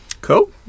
Cool